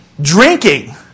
Drinking